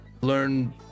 learn